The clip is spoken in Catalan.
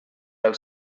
del